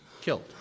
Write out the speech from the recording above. killed